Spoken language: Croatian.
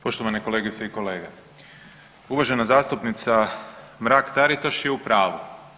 Poštovane kolegice i kolege, uvažena zastupnica Mrak-Taritaš je u pravu.